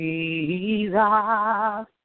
Jesus